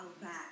back